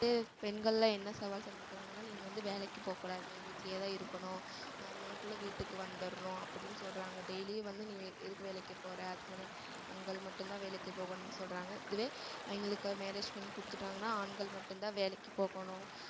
பெண்களெலாம் என்ன சவால் சந்திக்கிறாங்கன்னா நீங்கள் வந்து வேலைக்கி போகக்கூடாது வீட்டிலயே தான் இருக்கணும் ஆறு மணிக்குள்ளே வீட்டுக்கு வந்திடணும் அப்படின்னு சொல்கிறாங்க டெய்லியும் வந்து நீ எதுக்கு வேலைக்கி போகிற அது போல ஆண்கள் மட்டும் தான் வேலைக்கு போகணும்னு சொல்றாங்க இதுவே எங்களுக்கு மேரேஜ் பண்ணி கொடுத்துட்டாங்கன்னா ஆண்கள் மட்டும் தான் வேலைக்கி போகணும்